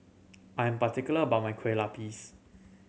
I'm particular about my Kueh Lapis